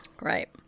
Right